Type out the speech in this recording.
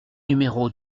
numéro